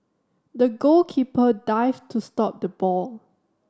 the goalkeeper dived to stop the ball